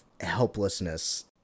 helplessness